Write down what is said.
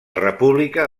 república